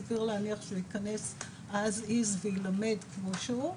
סביר להניח שייכנס as is וילמד כמו שהוא,